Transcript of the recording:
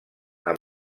amb